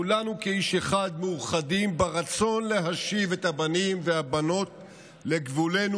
כולנו כאיש אחד מאוחדים ברצון להשיב את הבנים והבנות לגבולנו,